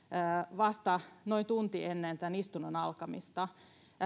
vasta noin tunti ennen tämän istunnon alkamista